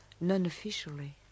non-officially